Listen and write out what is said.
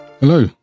Hello